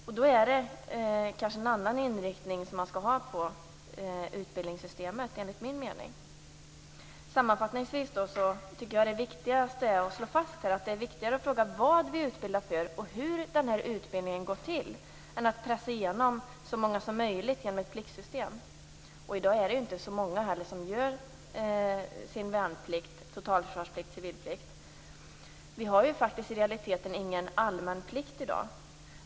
Utbildningssystemet bör ha en annan inriktning enligt min mening. Sammanfattningsvis tycker jag att det viktigaste är att slå fast att det är viktigare att fråga vad vi utbildar för och hur denna utbildning går till än att pressa igenom så många som möjligt genom ett pliktsystem. I dag är det ju inte heller så många som gör sin värnplikt, totalförsvarsplikt eller civilplikt. Vi har ju faktiskt i realiteten ingen allmän plikt i dag.